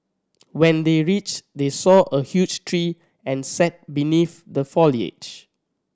when they reach they saw a huge tree and sat beneath the foliage